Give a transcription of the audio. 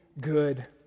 good